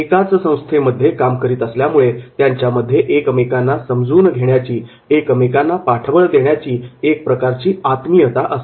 एकाच संस्थेमध्ये काम करीत असल्यामुळे त्यांच्यामध्ये एकमेकांना समजून घेण्याची एकमेकांना पाठबळ देण्याची एक प्रकारची आत्मियता असते